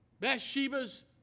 Bathsheba's